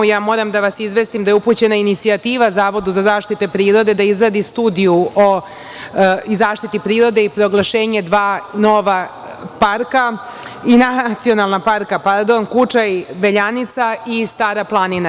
Moram da vas izvestim da je upućena inicijativa Zavodu za zaštitu prirode, da izradi studiju o zaštiti prirode i proglašenje dva nova nacionalna parka "Kučaj-Beljanica" i "Stara plnanina"